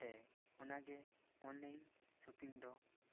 ᱛᱮ ᱚᱱᱟ ᱜᱮ ᱚᱱᱞᱟᱭᱤᱱ ᱥᱚᱯᱤᱝ ᱫᱚ ᱠᱟᱱᱟ